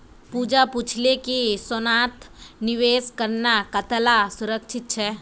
पूजा पूछले कि सोनात निवेश करना कताला सुरक्षित छे